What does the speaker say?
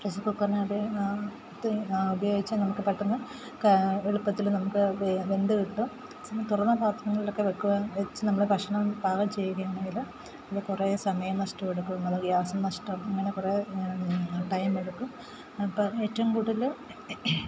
പ്രഷറിനെ അപേ ത്ത് ഉപയോഗിച്ച് നമുക്ക് പെട്ടെന്നു എളുപ്പത്തിൽ നമുക്കു വെ വെന്തു കിട്ടും അതെ സമയം തുറന്ന പത്രങ്ങളിലൊക്കെ വെക്കുക വെച്ചു നമ്മൾ ഭക്ഷണം പാകം ചെയ്യുകയാണെങ്കിൽ അത് കുറേ സമയം നഷ്ടമെടുക്കും ഇങ്ങനെ ഗ്യാസ് നഷ്ടം ഇങ്ങനെ കുറേ ടൈമെടുക്കും അപ്പം ഏറ്റവും കൂടുതൽ